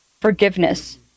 forgiveness